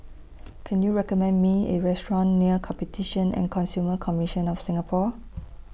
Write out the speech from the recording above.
Can YOU recommend Me A Restaurant near Competition and Consumer Commission of Singapore